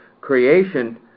Creation